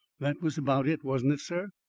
that was about it, wasn't it, sir?